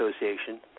Association